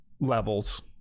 levels